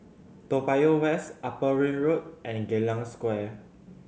Toa Payoh West Upper Ring Road and Geylang Square